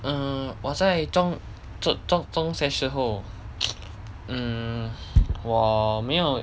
mm 我在中中中学时候 um 我没有